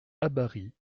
habary